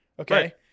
okay